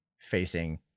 facing